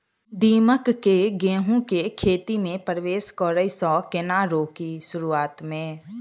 दीमक केँ गेंहूँ केँ खेती मे परवेश करै सँ केना रोकि शुरुआत में?